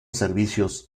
servicios